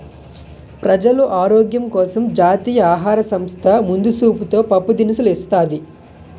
ప్రజలు ఆరోగ్యం కోసం జాతీయ ఆహార సంస్థ ముందు సూపుతో పప్పు దినుసులు ఇస్తాది